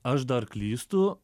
aš dar klystu